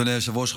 אדוני היושב-ראש,